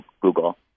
Google